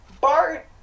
Bart